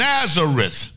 Nazareth